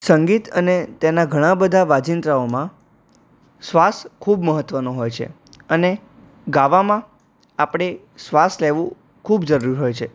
સંગીત અને તેનાં ઘણાં બધા વાજિંત્રોમાં શ્વાસ ખૂબ મહત્ત્વનો હોય છે અને ગાવામાં આપણે શ્વાસ લેવું ખૂબ જરૂર હોય છે